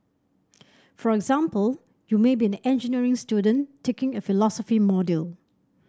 for example you may be an engineering student taking a philosophy module